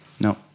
No